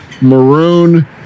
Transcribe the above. maroon